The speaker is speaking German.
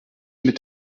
mit